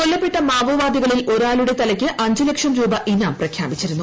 കൊല്ലപ്പെട്ട മാവോവാദികളിൽ ഒരാളുടെ തലയ്ക്ക് അഞ്ച് ലക്ഷം രൂപ ഇനാം പ്രഖ്യാപിച്ചിരുന്നു